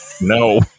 no